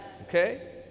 okay